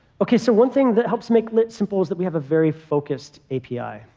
ok. so one thing that helps make lit simple is that we have a very focused api.